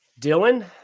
Dylan